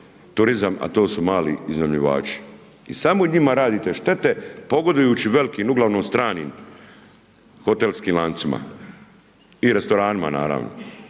turizam a to su mali iznajmljivači. I samo njima radite štete, pogodujući velikim uglavnom stranim hotelskim lancima i restoranima, naravno.